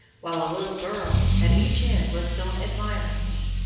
while a little girl at each end looks on admiringly.